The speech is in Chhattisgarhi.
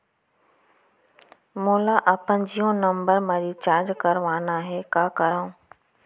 मोला अपन जियो नंबर म रिचार्ज करवाना हे, का करव?